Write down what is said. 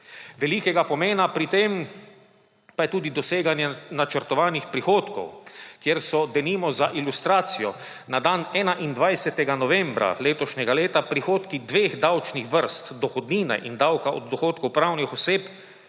Velikega pomena pri tem pa je tudi doseganje načrtovanih prihodkov, kjer so denimo za ilustracijo na dan 21. novembra letošnjega leta prihodki dveh davčnih vrst, dohodnine in davka od dohodkov pravnih oseb,